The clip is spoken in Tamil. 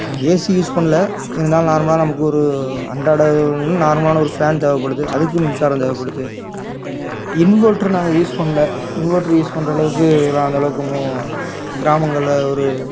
ஏசி யூஸ் பண்ணல இருந்தாலும் நார்மலாக நமக்கு ஒரு அன்றாடமும் நார்மலான ஒரு ஃபேன் தேவப்படுது அதுக்கும் மின்சாரம் தேவைப்படுது இன்வெட்ரு நாங்கள் யூஸ் பண்ணல இன்வெட்ரு யூஸ் பண்ணுற அளவுக்கெல்லாம் அந்தளவுக்கு இன்னும் கிராமங்களில் ஒரு